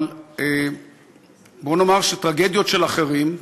אבל בוא נאמר שטרגדיות של אחרים,